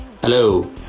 Hello